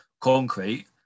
concrete